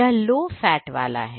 यह low fat वाला है